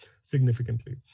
significantly